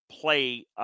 play